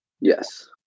Yes